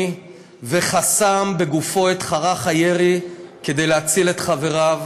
וחסם בגופו את חרך הירי כדי להציל את חבריו,